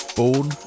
born